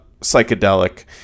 psychedelic